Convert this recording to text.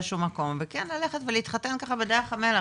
באיזשהו מקום וכן ללכת ולהתחתן ככה בדרך המלך,